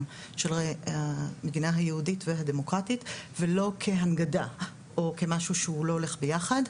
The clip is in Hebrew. של המדינה היהודית והדמוקרטית ולא כהנגדה או כמשהו שהוא לא הולך ביחד,